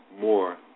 more